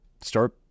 start